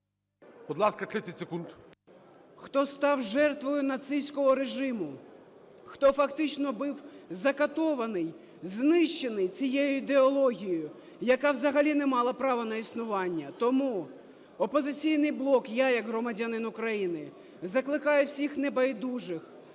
хто став жертвою нацистського режиму, хто фактично був закатований, знищений цією ідеологією, яка взагалі не мала права на існування. Тому "Опозиційний блок", я як громадянин України, закликаю всіх небайдужих